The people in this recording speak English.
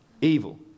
evil